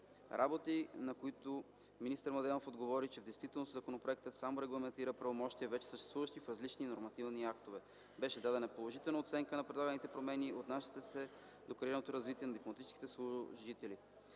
работи, на които министър Младенов отговори, че в действителност законопроектът само регламентира правомощия, вече съществуващи в различни нормативни актове. Беше дадена положителна оценка на предлаганите промени, отнасящи се до кариерното развитие на дипломатическите служители.